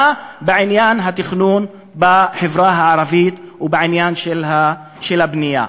בעניין התכנון בחברה הערבית ובעניין של הבנייה.